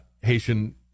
Haitian